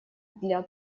для